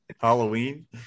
Halloween